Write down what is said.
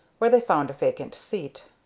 where they found a vacant seat.